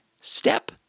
step